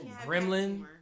gremlin